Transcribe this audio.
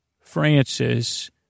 Francis